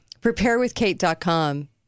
Preparewithkate.com